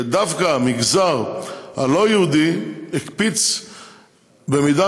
שדווקא המגזר הלא-יהודי הקפיץ במידה